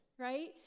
right